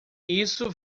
isso